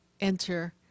enter